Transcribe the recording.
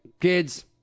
kids